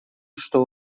что